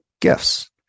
gifts